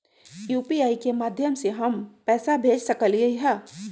UPI के माध्यम से हम पैसा भेज सकलियै ह?